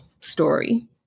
story